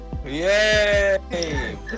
Yay